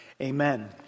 Amen